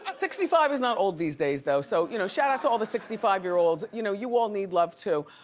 and sixty five is not old these days though so you know shot out to all the sixty five year olds. you know you all need love too.